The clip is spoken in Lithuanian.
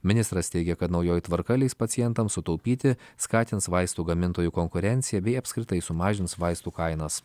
ministras teigia kad naujoji tvarka leis pacientams sutaupyti skatins vaistų gamintojų konkurenciją bei apskritai sumažins vaistų kainas